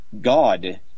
God